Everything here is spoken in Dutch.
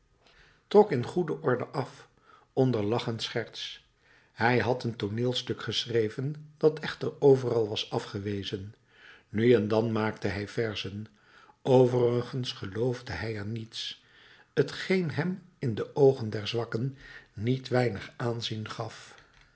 trok in goede orde af onder lach en scherts hij had een tooneelstuk geschreven dat echter overal was afgewezen nu en dan maakte hij verzen overigens geloofde hij aan niets t geen hem in de oogen der zwakken niet weinig aanzien gaf